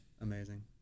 amazing